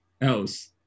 else